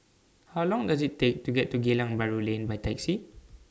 How Long Does IT Take to get to Geylang Bahru Lane By Taxi